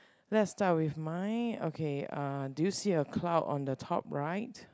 let's start with mine okay uh do you see a cloud on the top right